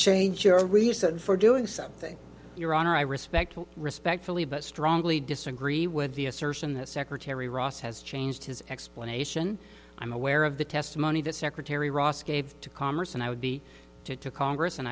change your reason for doing something your honor i respect respectfully but strongly disagree with the assertion that secretary rice has changed his explanation i'm aware of the testimony that secretary rice gave to commerce and i would be to to congress and